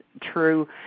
true